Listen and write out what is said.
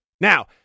Now